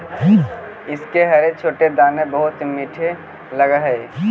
इसके हरे छोटे दाने बहुत मीठे लगअ हई